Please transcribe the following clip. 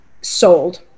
sold